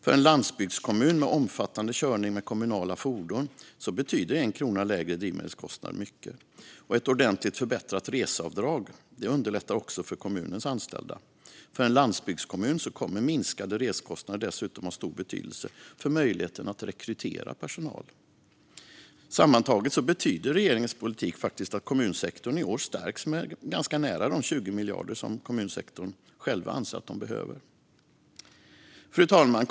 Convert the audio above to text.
För en landsbygdskommun med omfattande körning med kommunala fordon betyder en krona lägre drivmedelskostnad mycket. Ett ordentligt förbättrat reseavdrag underlättar också för kommunens anställda. För en landsbygdskommun kommer minskade resekostnader dessutom att ha stor betydelse för möjligheten att rekrytera personal. Sammantaget betyder regeringens politik faktiskt att kommunsektorn i år stärks med ganska nära de 20 miljarder som kommunsektorn själv anser att man behöver. Fru talman!